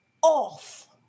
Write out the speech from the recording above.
off